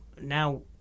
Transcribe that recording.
now